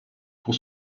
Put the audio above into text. pour